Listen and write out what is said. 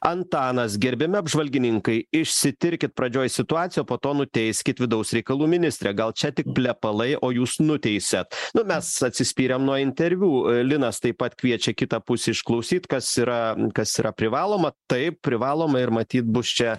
antanas gerbiami apžvalgininkai išsitirkit pradžioj situaciją o po to nuteiskit vidaus reikalų ministrę gal čia tik plepalai o jūs nuteisiat nu mes atsispyrėm nuo interviu linas taip pat kviečia kitą pusę išklausyt kas yra kas yra privaloma taip privaloma ir matyt bus čia